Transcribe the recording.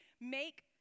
make